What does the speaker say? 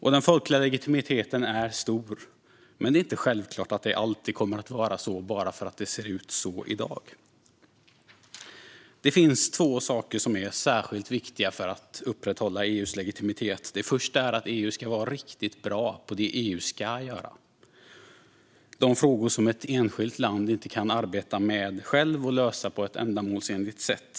Den folkliga legitimiteten är stor, men det är inte självklart att det alltid kommer att vara så bara för att det ser ut så i dag. Det finns två saker som är särskilt viktiga för att upprätthålla EU:s legitimitet. Det första är att EU ska vara riktigt bra på det EU ska ägna sig åt: de frågor som ett enskilt land inte självt kan arbeta med och lösa på ett ändamålsenligt sätt.